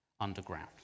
underground